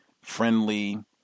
friendly